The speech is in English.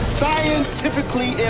scientifically